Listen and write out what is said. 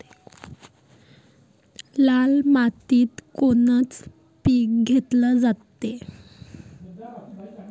लाल मातीत कोनचं पीक घेतलं जाते?